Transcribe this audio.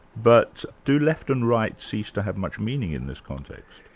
but do left and right cease to have much meaning in this context?